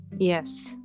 Yes